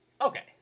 Okay